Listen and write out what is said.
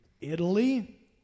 Italy